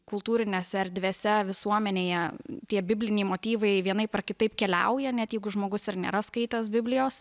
kultūrinėse erdvėse visuomenėje tie bibliniai motyvai vienaip ar kitaip keliauja net jeigu žmogus ir nėra skaitęs biblijos